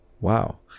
Wow